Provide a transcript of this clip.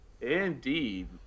Indeed